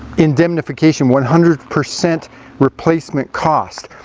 indemnification, one hundred percent replacement cost.